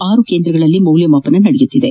ಆರು ಕೇಂದ್ರಗಳಲ್ಲಿ ಮೌಲ್ಯಮಾಪನ ನಡೆಯುತ್ತಿದೆ